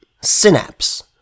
synapse